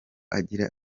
agira